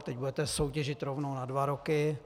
Teď budete soutěžit rovnou na dva roky.